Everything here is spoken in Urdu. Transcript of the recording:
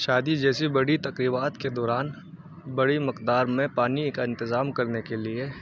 شادی جیسی بڑی تقریبات کے دوران بڑی مقدار میں پانی کا انتظام کرنے کے لیے